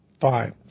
fine